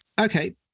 Okay